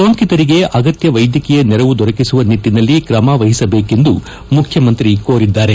ಸೋಂಕಿತರಿಗೆ ಅಗತ್ಯ ವೈದ್ಯಕೀಯ ನೆರವು ದೊರಕಿಸುವ ನಿಟ್ಟನಲ್ಲಿ ತ್ರಮ ವಹಿಸಬೇಕೆಂದು ಮುಖ್ಯಮಂತ್ರಿ ಕೋರಿದ್ದಾರೆ